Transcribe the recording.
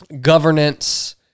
governance